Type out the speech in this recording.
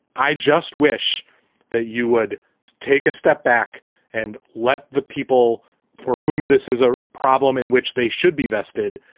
i just wish that you would take a step back and let the people for whom this is a problem in which they should be vested.